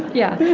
yeah.